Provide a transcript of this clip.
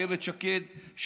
אילת שקד,